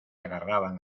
agarraban